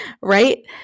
right